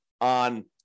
on